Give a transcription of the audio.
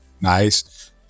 nice